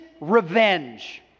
revenge